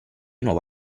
nuovo